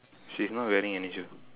she's not wearing any